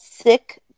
Sick